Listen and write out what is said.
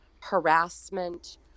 harassment